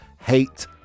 hate